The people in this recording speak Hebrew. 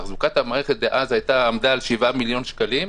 תחזוקת המערכת דאז עמדה על 7 מיליון שקלים.